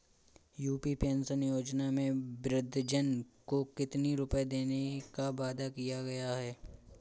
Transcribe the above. UP pension योजना में वृद्धजन को कितनी रूपये देने का वादा किया गया है?